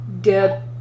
dead